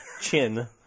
chin